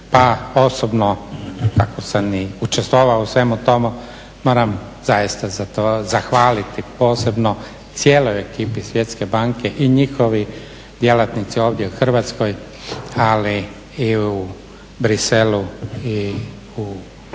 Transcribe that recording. Pa osobno kako sam i učestvovao u svemu tome moram zaista zahvaliti posebno cijeloj ekipi Svjetske banke i njihovi djelatnici ovdje u Hrvatskoj ali i u Bruxellesu i u